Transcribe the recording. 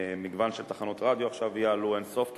מגוון של תחנות רדיו יעלו עכשיו, אין-סוף כמעט,